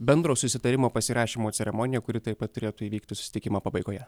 bendro susitarimo pasirašymo ceremonija kuri taip pat turėtų įvykti susitikimo pabaigoje